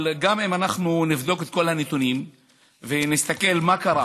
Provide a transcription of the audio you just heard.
אבל גם אם אנחנו נבדוק את כל הנתונים ונסתכל מה קרה,